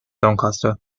doncaster